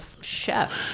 chef